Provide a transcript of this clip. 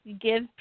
give